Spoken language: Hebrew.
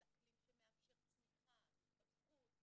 על אקלים שמאפשר צמיחה, התפתחות.